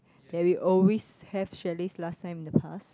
that we always have chalets last time in the past